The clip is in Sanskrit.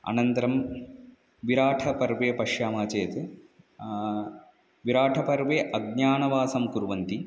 अनन्तरं विराटपर्वे पश्यामः चेत् विराटपर्वे अज्ञातवासं कुर्वन्ति